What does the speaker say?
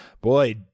boy